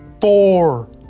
four